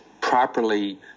properly